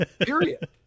Period